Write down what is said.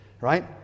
Right